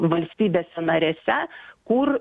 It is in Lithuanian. valstybėse narėse kur